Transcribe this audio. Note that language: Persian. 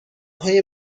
های